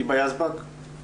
היבה יזבק.